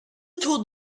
told